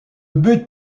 but